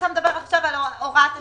אתה מדבר על הוראת השעה.